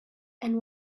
and